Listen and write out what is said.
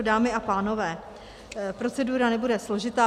Dámy a pánové, procedura nebude složitá.